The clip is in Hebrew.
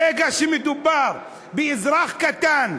ברגע שמדובר באזרח קטן,